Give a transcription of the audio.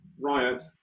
Riot